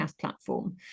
platform